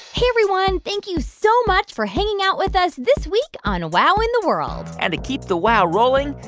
hey, everyone. thank you so much for hanging out with us this week on wow in the world and to keep the wow rolling,